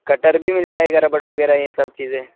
کٹر بھی مل جائے گا ربڑ وغیرہ یہ سب چیزیں